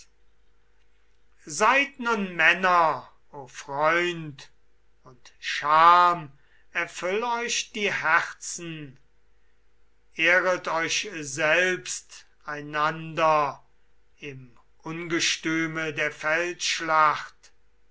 seid nun männer o freund und scham erfüll euch die herzen ehret euch selbst einander im ungestüme der